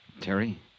Terry